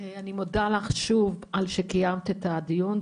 אני מודה לך שוב שקיימת את הדיון.